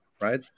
right